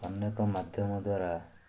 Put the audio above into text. ଅନେକ ମାଧ୍ୟମ ଦ୍ୱାରା